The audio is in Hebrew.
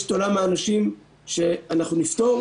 יש את עולם האנשים שאנחנו נפתור,